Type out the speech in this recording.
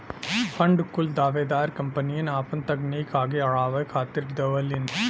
fund कुल दावेदार कंपनियन आपन तकनीक आगे अड़ावे खातिर देवलीन